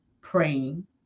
praying